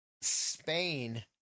Spain